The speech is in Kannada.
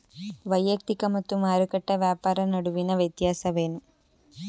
ವೈಯಕ್ತಿಕ ಮತ್ತು ಮಾರುಕಟ್ಟೆ ವ್ಯಾಪಾರ ನಡುವಿನ ವ್ಯತ್ಯಾಸವೇನು?